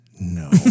No